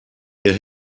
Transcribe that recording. ihr